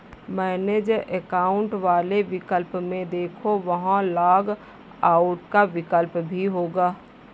manage account वाले विकल्प में देखो, वहां लॉग आउट का विकल्प भी होगा